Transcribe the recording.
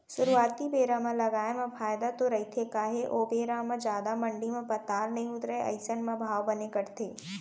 सुरुवाती बेरा म लगाए म फायदा तो रहिथे काहे ओ बेरा म जादा मंडी म पताल नइ उतरय अइसन म भाव बने कटथे